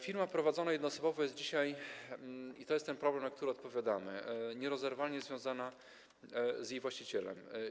Firma prowadzona jednoosobowo jest dzisiaj - i to jest ten problem, na który odpowiadamy - nierozerwalnie związana z jej właścicielem.